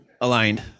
aligned